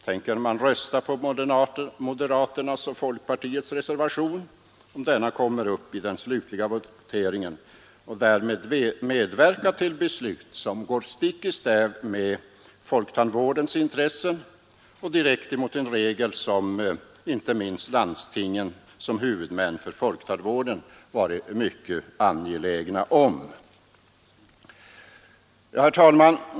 Tänker centerpartisterna rösta på moderaternas och folkpartiets reservation, om denna kommer upp i den slutliga voteringen, och därmed medverka till beslut som går stick i stäv med folktandvårdens intressen och direkt emot den regel som inte minst landstingen såsom huvudmän för folktandvården varit mycket angelägna om? Herr talman!